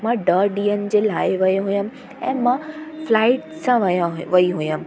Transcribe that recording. मां ॾह ॾींहंनि जे लाइ वई हुअमि ऐं मां फ्लाइट सां वया हो वई हुअमि